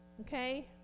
Okay